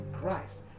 Christ